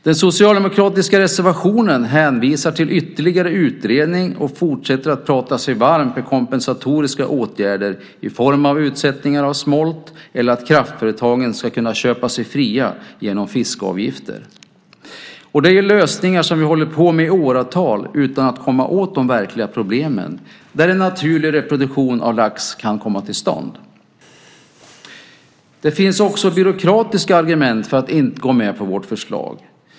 Den socialdemokratiska reservationen hänvisar till ytterligare utredning och fortsätter att prata sig varm för kompensatoriska åtgärder i form av utsättning av smolt eller att kraftföretagen ska kunna köpa sig fria genom fiskeavgifter. Det är lösningar som vi ju har hållit på med i åratal utan att komma åt de verkliga problemen så att en naturlig reproduktion av lax kan komma till stånd. Det finns också byråkratiska argument för att inte gå med på vårt förslag.